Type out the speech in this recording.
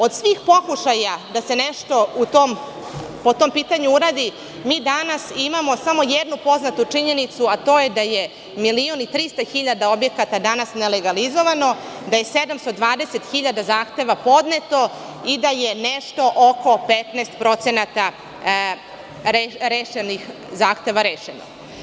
Od svih pokušaja da se nešto po tom pitanju uradi, mi danas imamo samo jednu poznatu činjenicu, a to je da je 1.300.000 objekata danas nelegalizovano, da je 720.000 zahteva podneto i da je nešto oko 15% zahteva rešeno.